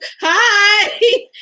Hi